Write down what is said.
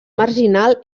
marginal